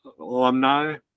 alumni